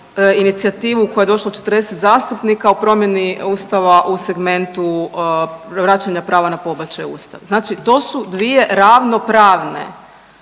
inicijativu koja je došla od 40 zastupnika o promjeni Ustava u segmentu, vraćanja prava na pobačaj u Ustav. Znači to su dvije ravnopravne